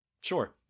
Sure